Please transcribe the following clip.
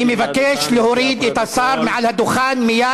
אני מבקש להוריד את השר מעל הדוכן מייד.